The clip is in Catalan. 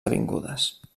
avingudes